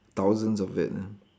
thousands of it lah